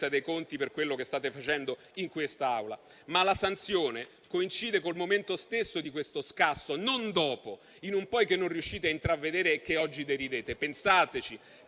dei conti per quello che state facendo in quest'Aula. Ma la sanzione coincide con il momento stesso di questo scasso, non dopo, in un poi che non riuscite a intravedere e che oggi deridete. Pensateci